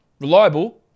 Reliable